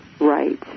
right